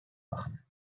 machen